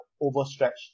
overstretched